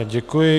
Děkuji.